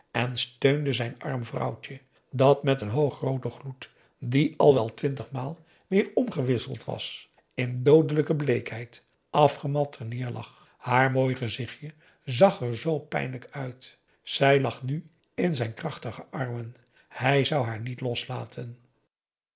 en steunde zijn arm vrouwtje dat met een hoogrooden gloed die al wel twintigmaal weer omgewisseld was in doodelijke bleekheid afgemat terneer lag haar mooi gezichtje zag er zoo pijnlijk uit zij lag nu in zijn krachtige armen hij zou haar niet loslaten